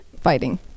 Fighting